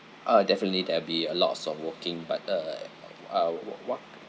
ah definitely there'll be a lots of walking but uh uh what what